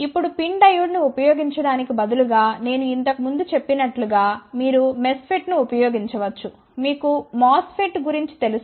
ఇప్పుడు PIN డయోడ్ను ఉపయోగించటానికి బదులుగా నేను ఇంతకు ముందు చెప్పినట్లు గా మీరు MESFET ను ఉపయోగించవచ్చు మీకు MOSFET గురించి తెలుసు